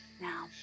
Now